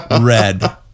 red